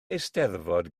eisteddfod